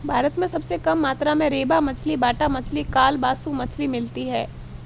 भारत में सबसे कम मात्रा में रेबा मछली, बाटा मछली, कालबासु मछली मिलती है